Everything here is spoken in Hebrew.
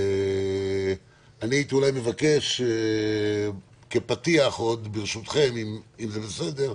הייתי מבקש כפתיח ברשותכם, אם זה בסדר,